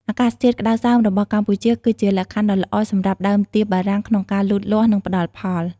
អាកាសធាតុក្តៅសើមរបស់កម្ពុជាគឺជាលក្ខខណ្ឌដ៏ល្អសម្រាប់ដើមទៀបបារាំងក្នុងការលូតលាស់ និងផ្តល់ផល។